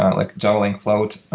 like java lang float,